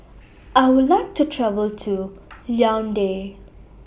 I Would like to travel to Yaounde